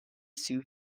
sufi